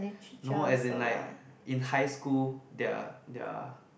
no as in like in high school there are there are